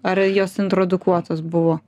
ar jos introdukuotos buvo